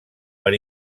per